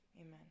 amen